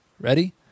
ready